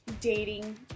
dating